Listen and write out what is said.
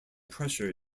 pressure